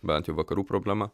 bent jau vakarų problema